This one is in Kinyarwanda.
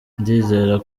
ndizera